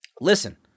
Listen